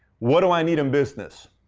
what do i need in business?